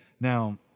Now